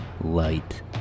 Light